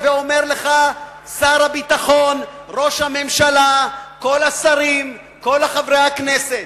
שר הביטחון, ראש הממשלה, כל השרים, כל חברי הכנסת,